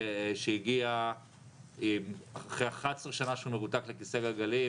שהגיע אחרי 11 שנה שהוא מרותק לכיסא גלגלים